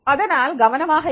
அதனால் கவனமாக இரு